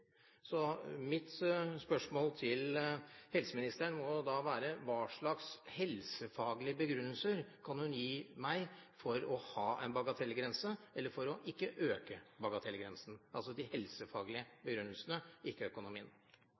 så mitt spørsmål til helseministeren må da være: Hva slags helsefaglige begrunnelser kan hun gi meg for å ha en bagatellgrense eller for ikke å øke bagatellgrensen – altså de helsefaglige begrunnelsene, ikke økonomien?